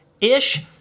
Ish